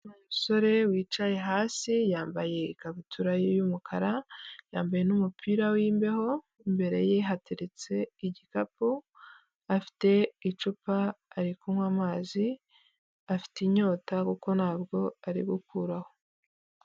Umusore wicaye hasi, yambaye ikabutura y'umukara, yambaye n'umupira w'imbeho, imbere ye hateretse igikapu, afite icupa ari kunywa amazi, afite inyota kuko ntabwo ari gukuraho.